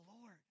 Lord